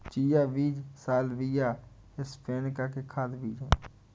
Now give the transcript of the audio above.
chia बीज Salvia hispanica के खाद्य बीज हैं